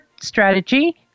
strategy